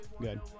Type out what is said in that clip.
Good